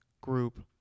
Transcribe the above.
group